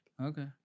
Okay